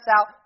out